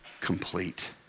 complete